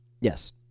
Yes